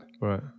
Right